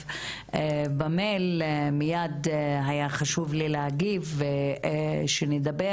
באימייל מיד היה חשוב לי להגיב ושנדבר.